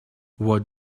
what